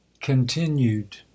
Continued